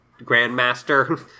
grandmaster